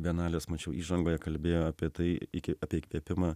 bienalės mačiau įžangoje kalbėjo apie tai iki apie įkvėpimą